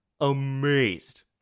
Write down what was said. amazed